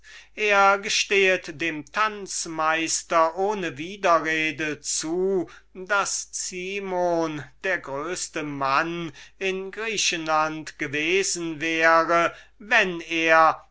er gestehet dem tanzmeister ohne widerrede zu daß cimon der größte mann in griechenland gewesen wäre wenn er